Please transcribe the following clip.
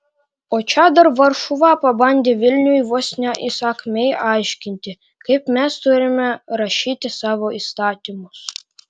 o čia dar varšuva pabandė vilniui vos ne įsakmiai aiškinti kaip mes turime rašyti savo įstatymus